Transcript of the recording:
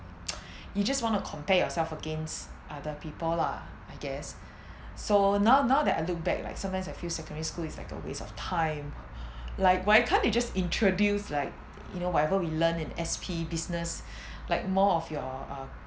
you just want to compare yourself against other people lah I guess so now now that I look back like sometimes I feel secondary school is like a waste of time like why can't you just introduce like you know whatever we learn in S_P business like more of your uh